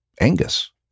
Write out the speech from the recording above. Angus